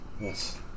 Yes